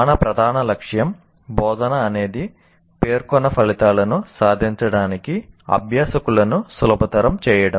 మన ప్రధాన లక్ష్యం బోధన అనేది పేర్కొన్న ఫలితాలను సాధించడానికి అభ్యాసకులను సులభతరం చేయడం